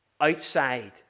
outside